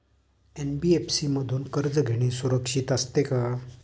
NBFC मधून कर्ज घेणे सुरक्षित असते का?